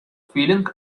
feeling